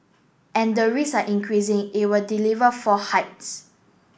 and the risk are increasing it will deliver four hikes